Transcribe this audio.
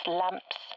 lamps